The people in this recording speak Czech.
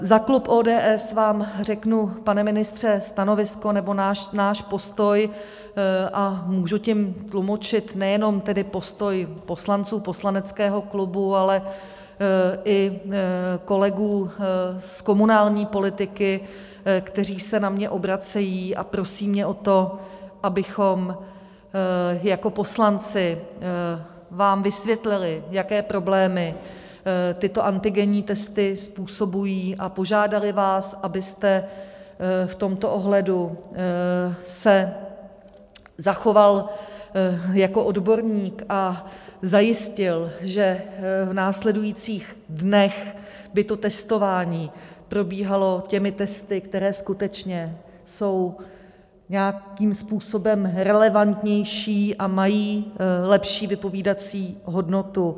Za klub ODS vám řeknu, pane ministře, stanovisko nebo náš postoj, a můžu tím tlumočit nejenom tedy postoj poslanců poslaneckého klubu, ale i kolegů z komunální politiky, kteří se na mě obracejí a prosí mě o to, abychom jako poslanci vám vysvětlili, jaké problémy tyto antigenní testy způsobují, a požádali vás, abyste se v tomto ohledu zachoval jako odborník a zajistil, že v následujících dnech by to testování probíhalo těmi testy, které skutečně jsou nějakým způsobem relevantnější a mají lepší vypovídací hodnotu.